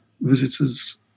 visitors